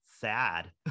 sad